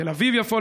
תל אביב-יפו,